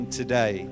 today